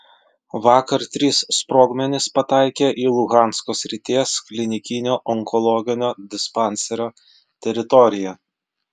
vakar trys sprogmenys pataikė į luhansko srities klinikinio onkologinio dispanserio teritoriją